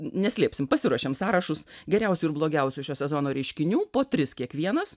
neslėpsim pasiruošėm sąrašus geriausių ir blogiausių šio sezono reiškinių po tris kiekvienas